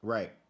Right